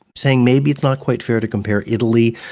saying maybe it's not quite fair to compare italy,